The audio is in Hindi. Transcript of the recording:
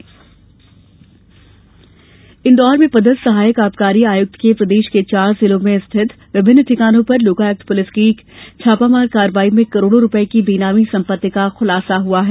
छापा कार्रवाई इंदौर में पदस्थ सहायक आबकारी आयुक्त के प्रदेश के चार जिलों में स्थित विभिन्न ठिकानों पर लोकायुक्त पुलिस की छापामार कार्रवाई में करोड़ों रुपए की बेनामी संपत्ति का खुलासा हुआ है